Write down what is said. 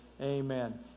Amen